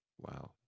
Wow